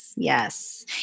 Yes